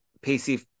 Pacey